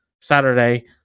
Saturday